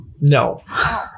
no